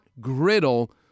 griddle